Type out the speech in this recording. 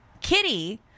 Kitty